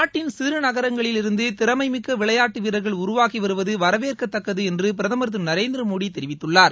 நாட்டின் சிறு நகரங்களிலிருந்து திறமைமிக்க விளையாட்டு வீரர்கள் உருவாகி வருவது வரவேற்கத்தக்கது என்று பிரதமர் திரு நரேந்திரமோடி தெரிவித்துள்ளார்